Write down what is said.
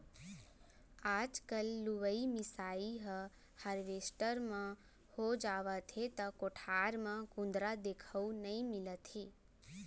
आजकल लुवई मिसाई ह हारवेस्टर म हो जावथे त कोठार म कुंदरा देखउ नइ मिलत हे